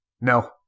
no